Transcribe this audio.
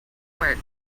work